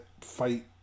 fight